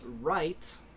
right